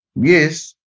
Yes